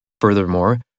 Furthermore